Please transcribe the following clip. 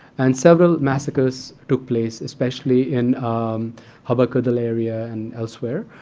and several massacres took place, especially in habba kadal area and elsewhere.